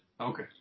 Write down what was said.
Okay